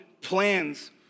plans